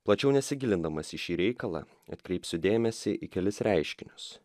plačiau nesigilindamas į šį reikalą atkreipsiu dėmesį į kelis reiškinius